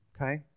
okay